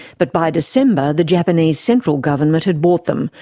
but by december the japanese central government had bought them,